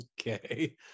okay